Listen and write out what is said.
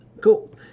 Cool